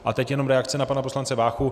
A teď jenom reakce na pana poslance Váchu.